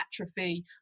Atrophy